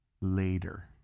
Later